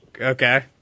okay